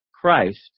Christ